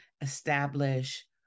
establish